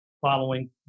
following